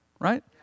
Right